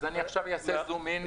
אז אני עכשיו אעשה זום אין לתבואות.